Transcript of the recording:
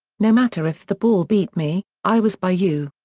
no matter if the ball beat me, i was by you.